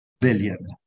billion